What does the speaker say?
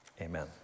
amen